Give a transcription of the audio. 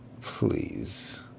Please